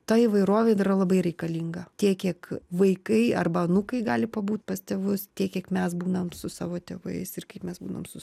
ta įvairovė jin yra labai reikalinga tiek kiek vaikai arba anūkai gali pabūt pas tėvus tiek kiek mes būnam su savo tėvais ir kaip mes būnam su